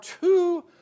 two